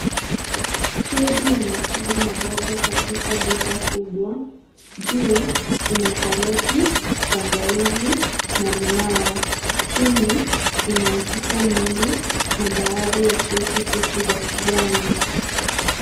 Stendi ya matunda na mboga katika duka kubwa. Juu kuna karoti, tangawizi na limau. Chini kuna mchicha mwingi na baadhi ya kreti tupu za kijani.